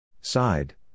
Side